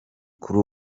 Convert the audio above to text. kuri